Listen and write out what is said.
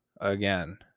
again